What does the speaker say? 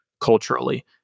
culturally